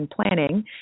planning